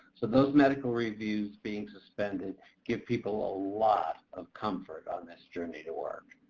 so those medical reviews being suspended give people a lot of comfort on this journey to work.